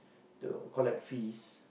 to collect fees